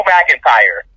McIntyre